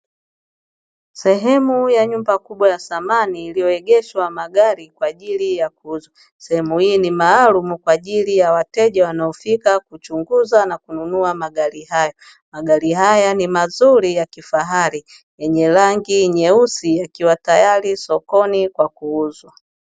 Sehemu ya nyumba kubwa ya thamani iliyoegeshwa magari kwaaajili ya kuuzwa. Sehemu hii ni maalum kwaajili ya wateja wanaofika kuchunguza na kununua magari. Magari haya ni mazuri na ya kifahari yenye rangi nyeusi, yakiwa tayari sokoni kwaajili ya kuuzwa.